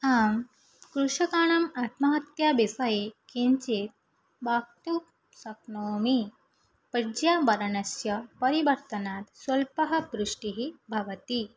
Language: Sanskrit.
आं कृषकाणाम् आत्महत्याविसये किञ्चित् वक्तुं शक्नोमि पर्यावरणस्य परिवर्तनात् स्वल्पा वृष्टिः भवति